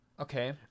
Okay